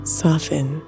soften